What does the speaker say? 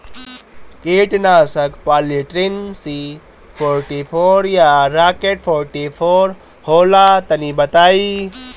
कीटनाशक Polytrin C forty four या Rocket forty four होला तनि बताई?